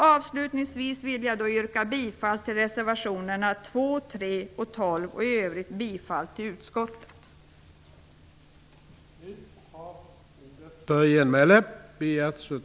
Avslutningsvis vill jag yrka bifall till reservationerna 2, 3 och 12 och i övrigt bifall till utskottets hemställan.